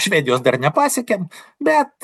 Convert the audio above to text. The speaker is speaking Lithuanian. švedijos dar nepasiekėm bet